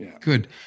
Good